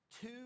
two